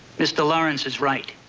mister lawrence is right.